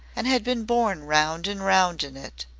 and had been borne round and round in it,